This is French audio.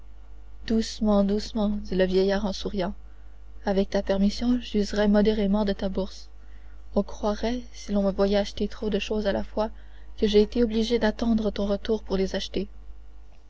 doucement doucement dit le vieillard en souriant avec ta permission j'userai modérément de la bourse on croirait si l'on me voyait acheter trop de choses à la fois que j'ai été obligé d'attendre le retour pour les acheter